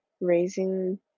raising